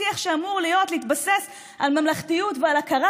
שיח שאמור להתבסס על ממלכתיות ועל הכרה